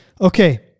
Okay